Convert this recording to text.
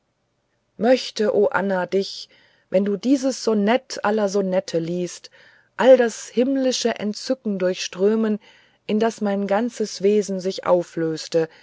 möchte o anna dich wenn du dieses sonett aller sonette liesest all das himmlische entzücken durchströmen in das mein ganzes wesen sich auflöste